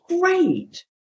great